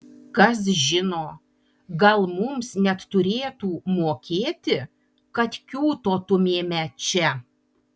kas žino gal mums net turėtų mokėti kad kiūtotumėme čia